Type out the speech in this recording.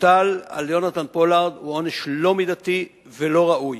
שהוטל על יונתן פולארד הוא עונש לא מידתי ולא ראוי.